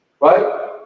right